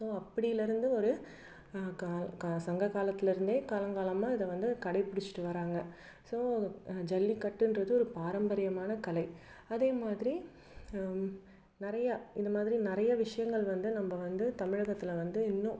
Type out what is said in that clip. so அப்பலேருந்து ஒரு சங்க காலத்திலேருந்தே காலங்காலமாக இதை கடைப்பிடிச்சிட்டு வர்றாங்க ஸோ ஜல்லிக்கட்டுன்றது ஒரு பாரம்பரியமான கலை அதே மாதிரி நிறைய இந்தமாதிரி நிறைய விஷயங்கள் வந்து நம்ம வந்து தமிழகத்தில் வந்து இன்னும்